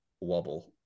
wobble